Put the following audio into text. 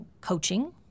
coaching